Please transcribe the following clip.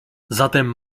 zatem